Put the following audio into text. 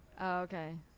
Okay